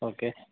okay